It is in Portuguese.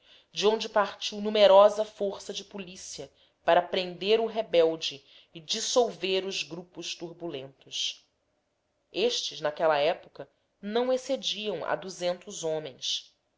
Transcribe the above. de onde partiu numerosa força de polícia para prender o rebelde e dissolver os grupos turbulentos estes naquela época não excediam duzentos homens